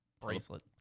bracelet